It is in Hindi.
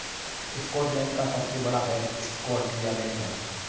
स्कॉटलैंड का सबसे बड़ा बैंक स्कॉटिया बैंक है